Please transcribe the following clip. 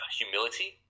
humility